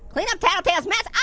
clean up tattletail's mess, ah!